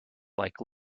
like